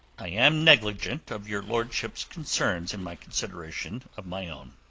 i am negligent of your lordship's concerns in my consideration of my own.